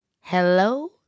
Hello